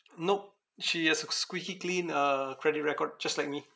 nope she has a squeaky clean uh credit record just like me